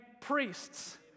priests